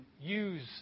use